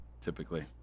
typically